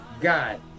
God